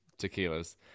tequilas